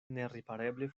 neripareble